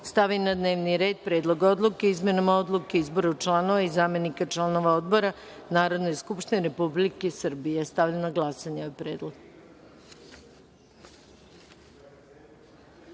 stavi na dnevni red Predlog odluke o izmenama Odluke o izboru članova i zamenika članova Odbora Narodne skupštine Republike Srbije. Stavljam na glasanje